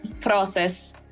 process